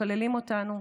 מקללים אותנו,